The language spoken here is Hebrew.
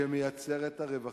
שמייצר את הרווחים,